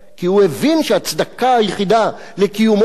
כי הוא הבין שההצדקה היחידה לקיומו של